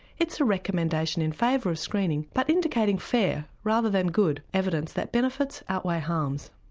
it's a recommendation in favour of screening, but indicating fair, rather than good evidence that benefits outweigh harms.